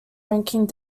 ranking